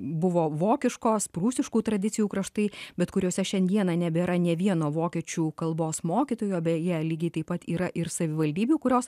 buvo vokiškos prūsiškų tradicijų kraštai bet kuriuose šiandieną nebėra nė vieno vokiečių kalbos mokytojo beje lygiai taip pat yra ir savivaldybių kurios